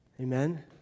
Amen